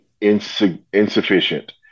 insufficient